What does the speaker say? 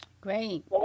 Great